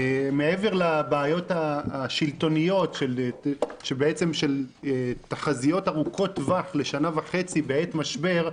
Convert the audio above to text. מעבר לבעיות השלטוניות של תחזיות ארוכות טווח לשנה וחצי בעת משבר,